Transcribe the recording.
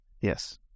Yes